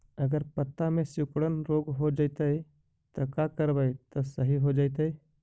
अगर पत्ता में सिकुड़न रोग हो जैतै त का करबै त सहि हो जैतै?